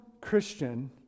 Christian